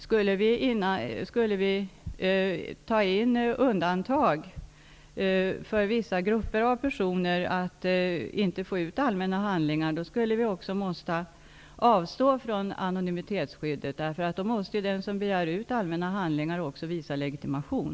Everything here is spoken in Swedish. Skulle vi ta in undantag för vissa personer som inte skulle få ut allmänna handlingar, skulle vi bli tvungna att avstå från anonymitetsskyddet. Den som begär att få ut allmänna handlingar måste då nämligen visa legitimation.